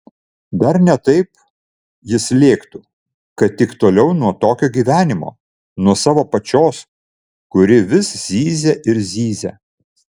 dar ne taip jis lėktų kad tik toliau nuo tokio gyvenimo nuo savo pačios kuri vis zyzia ir zyzia